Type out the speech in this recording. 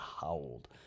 howled